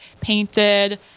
painted